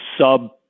sub